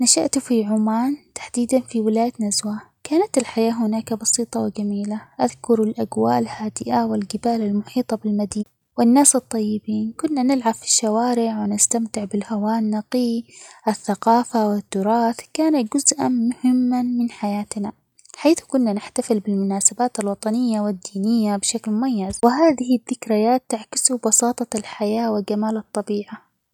نشأت في عمان تحديدًا في ولاية نزوه، كانت الحياة هناك بسيطة ،وجميلة أذكر الأجواء الهادئة ،والجبال المحيطة -بالمدي- ،والناس الطيبين، كنا نلعب في الشوارع ،ونستمتع بالهواء النقي، الثقافة، والتراث كان جزءًا مهمًا من حياتنا ،حيث كنا نحتفل بالمناسبات الوطنية ،والدينية بشكل مميز ،وهذه الذكريات تعكس بساطة الحياة وجمال الطبيعة.